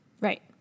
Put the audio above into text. Right